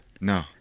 no